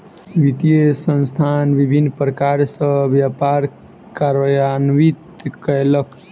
वित्तीय संस्थान विभिन्न प्रकार सॅ व्यापार कार्यान्वित कयलक